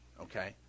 okay